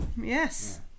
Yes